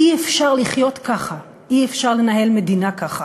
אי-אפשר לחיות ככה, אי-אפשר לנהל מדינה ככה.